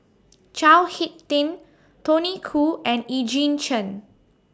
Chao Hick Tin Tony Khoo and Eugene Chen